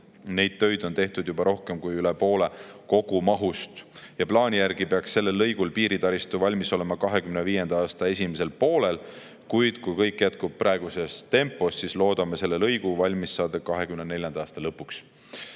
kogumahust on tehtud juba rohkem kui pool ja plaani järgi peaks sellel lõigul piiritaristu valmis olema 2025. aasta esimesel poolel. Aga kui kõik jätkub praeguses tempos, siis loodame selle lõigu valmis saada 2024. aasta lõpuks.2024.